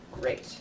great